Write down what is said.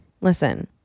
listen